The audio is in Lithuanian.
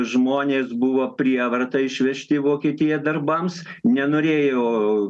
žmonės buvo prievarta išvežti į vokietiją darbams nenorėjo